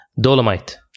Dolomite